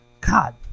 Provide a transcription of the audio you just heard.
God